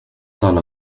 طلى